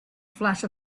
flash